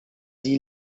die